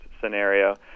scenario